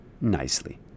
nicely